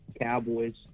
Cowboys